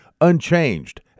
unchanged